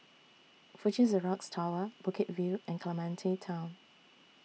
Fuji Xerox Tower Bukit View and Clementi Town